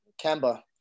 Kemba